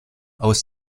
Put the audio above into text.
aus